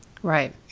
Right